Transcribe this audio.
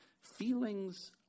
feelings